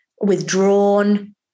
withdrawn